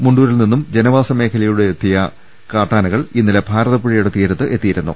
മുണ്ടൂരിൽ നിന്നും ജനവാസ മേഖലയിലൂടെ നീങ്ങിയ കാട്ടാനകൾ ഇന്നലെ ഭാരതപ്പുഴയുടെ തീരത്ത് എത്തി യിരുന്നു